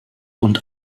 und